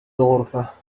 الغرفة